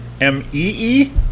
M-E-E